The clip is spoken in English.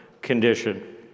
condition